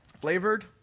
flavored